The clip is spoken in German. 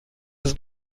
sind